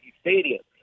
Stadium